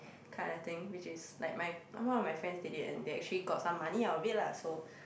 kind of thing which is like my one of my friends did it and they actually got some money out of it lah so